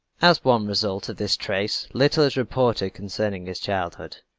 as one result of this trait, little is reported concerning his childhood.